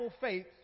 faith